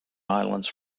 islands